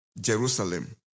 Jerusalem